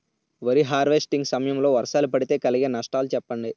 వరి హార్వెస్టింగ్ సమయం లో వర్షాలు పడితే కలిగే నష్టాలు చెప్పండి?